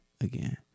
Again